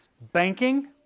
Banking